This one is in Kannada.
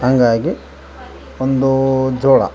ಹಂಗಾಗಿ ಒಂದು ಜೋಳ